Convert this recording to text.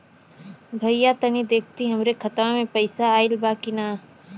भईया तनि देखती हमरे खाता मे पैसा आईल बा की ना?